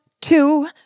two